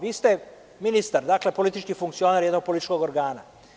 Vi ste ministar, dakle politički funkcioner jednog političkog organa.